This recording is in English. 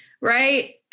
Right